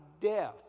death